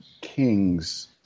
King's